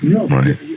right